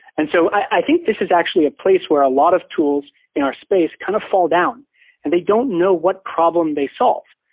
and so i think this is actually a place where a lot of tools in our space kind of fall down and they don't know what problem they solve.